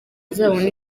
azabone